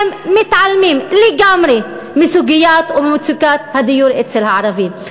מתעלמים לגמרי מסוגיית וממצוקת הדיור אצל הערבים,